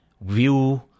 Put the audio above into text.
view